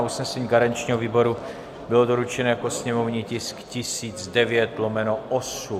Usnesení garančního výboru bylo doručeno jako sněmovní tisk 1009/8.